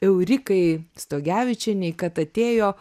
eurikai stogevičienei kad atėjo